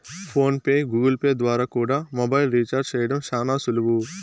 phone pay, Google Pay ద్వారా కూడా mobile recharge చేయడం శానా సులువు